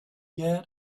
yet